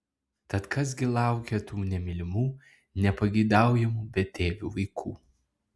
tad kas gi laukia tų nemylimų nepageidaujamų betėvių vaikų